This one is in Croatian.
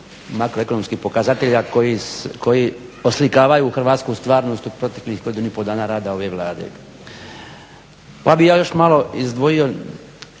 makroekonomskih pokazatelja koji oslikavaju hrvatsku stvarnost u proteklih godinu i pol dana rada ove Vlade. Ja bih još malo izdvojio